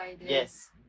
yes